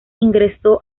ingresó